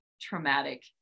traumatic